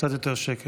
קצת יותר שקט.